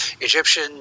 Egyptian